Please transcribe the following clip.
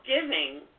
giving